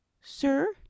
sir